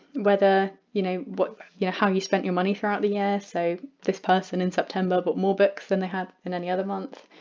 whether you know what you know how you spent your money throughout the year so this person in september bought but more books than they had in any other month,